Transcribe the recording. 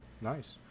Nice